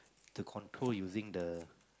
to control using the